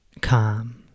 calm